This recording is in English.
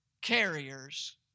carriers